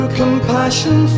compassion